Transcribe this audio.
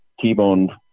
t-boned